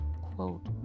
Quote